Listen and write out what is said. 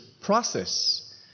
process